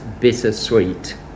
bittersweet